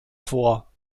vor